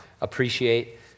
appreciate